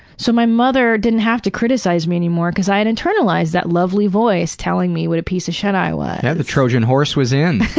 so my mother didn't have to criticize me anymore cause i and internalized that lovely voice telling me what a piece of shit i was. yeah that trojan horse was in.